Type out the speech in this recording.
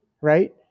right